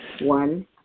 One